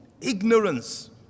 ignorance